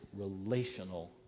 relational